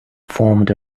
formed